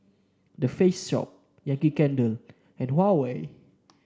The Face Shop Yankee Candle and Huawei